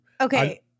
Okay